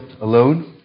alone